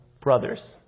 brothers